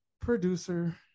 producer